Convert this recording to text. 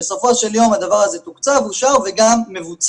בסופו של יום הדבר הזה תוקצב, אושר וגם מבוצע.